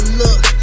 look